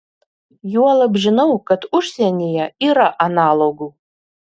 juolab žinau kad užsienyje yra analogų